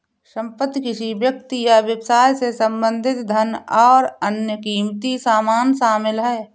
संपत्ति किसी व्यक्ति या व्यवसाय से संबंधित धन और अन्य क़ीमती सामान शामिल हैं